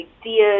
ideas